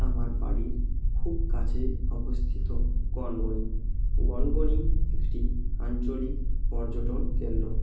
আমার বাড়ির খুব কাছে অবস্থিত গনগনি গনগনি একটি আঞ্চলিক পর্যটন কেন্দ্র